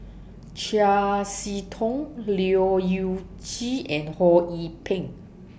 Chiam See Tong Leu Yew Chye and Ho Yee Ping